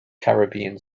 caribbean